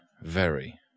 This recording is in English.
Very